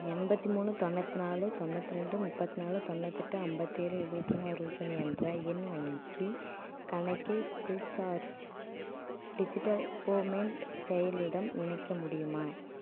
எண்பத்தி மூணு தொண்ணூத்தி நாலு தொண்ணூத்தி ரெண்டு முப்பத் நாலு தொண்ணூத்தெட்டு ஐம்பத்தி ஏழு எழுவத்தி ஒன்று அறுபத்தி ஒன்று என்ற என் வங்கி கணக்கை ஃப்ரீசார்ஜ் டிஜிட்டல் பேமெண்ட் செயலியுடன் இணைக்க முடியுமா